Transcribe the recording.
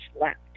left